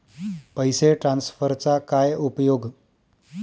पैसे ट्रान्सफरचा काय उपयोग?